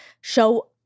show